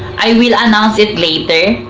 i will announce it later.